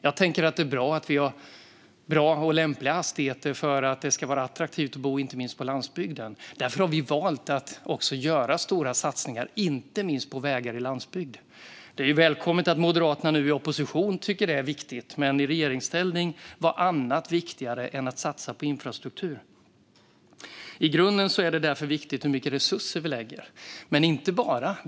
Jag tänker att det är bra att vi har bra och lämpliga hastigheter för att det ska vara attraktivt att bo på landsbygden. Därför har vi valt att göra stora satsningar, inte minst på vägar på landsbygden. Det är välkommet att Moderaterna nu i opposition tycker att detta är viktigt, men i regeringsställning var det annat som var viktigare än att satsa på infrastruktur. I grunden är det därför viktigt hur mycket resurser vi lägger, men inte bara det.